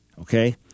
okay